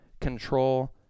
control